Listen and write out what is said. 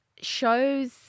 shows